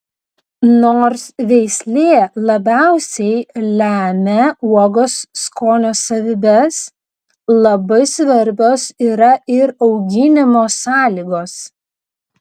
nors veislė labiausiai lemia uogos skonio savybes labai svarbios yra ir auginimo sąlygos